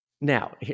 Now